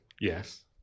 Yes